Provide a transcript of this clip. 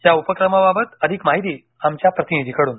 या उपक्रमाबाबत अधिक माहिती आमच्या प्रतिनिधीकडून